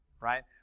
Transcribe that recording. right